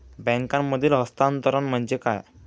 बँकांमधील हस्तांतरण म्हणजे काय?